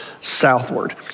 southward